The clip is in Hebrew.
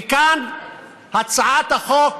וכאן הצעת החוק